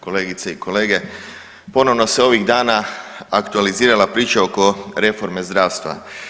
Kolegice i kolege, ponovno se ovih dana aktualizirala priča oko reforme zdravstva.